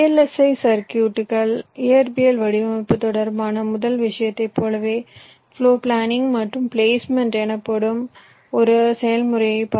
ஐ சுற்றுகளுக்கான இயற்பியல் வடிவமைப்பு தொடர்பான முதல் விஷயத்தைப் போலவே ப்ளோர் பிளானிங் மற்றும் பிளேஸ்மெண்ட் எனப்படும் ஒரு செயல்முறையைப் பார்ப்போம்